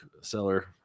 seller